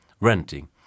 renting